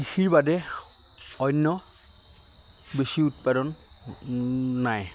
কৃষিৰ বাদেশ অন্য বেছি উৎপাদন নাই